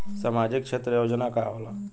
सामाजिक क्षेत्र योजना का होला?